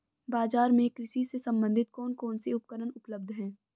बाजार में कृषि से संबंधित कौन कौन से उपकरण उपलब्ध है?